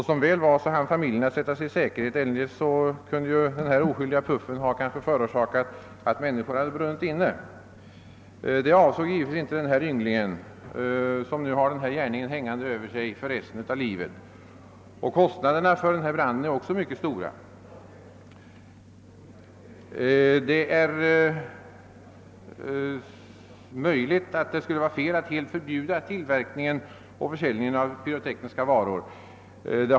Som väl var hann familjen att sätta sig i säkerhet; eljest kunde den här oskyldiga puffen ha förorsakat att människor brunnit inne. Det avsåg givetvis inte denne yngling, som nu har den här gärningen hängande över sig för resten av livet. Kostnaderna för branden är också mycket stora. Det är möjligt, att det skulle vara felaktigt att helt förbjuda tillverkningen och försäljningen av pyrotekniska varor.